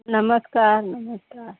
नमस्कार नमस्कार